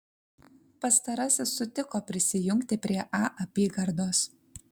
pastarasis sutiko prisijungti prie a apygardos